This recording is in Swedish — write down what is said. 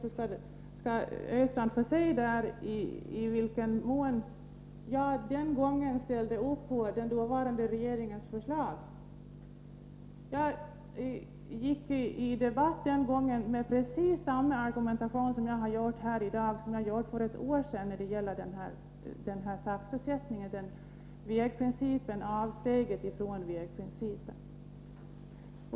Där kan Olle Östrand se i vilken mån jag den gången ställde upp för den dåvarande regeringens förslag. Jag gick den gången i debatt med precis samma argumentation som jag har gjort här i dag och som jag gjorde för ett år sedan när det gällde taxesättningen och avsteget från vägprincipen.